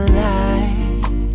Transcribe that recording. light